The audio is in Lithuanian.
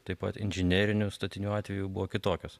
taip pat inžinerinių statinių atveju buvo kitokios